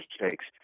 mistakes